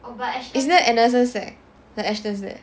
is there anderson sec like Astons there